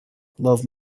love